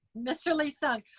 mr. lee-sung,